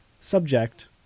Subject